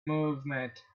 movement